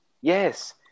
Yes